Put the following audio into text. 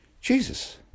Jesus